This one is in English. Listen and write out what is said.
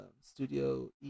Studio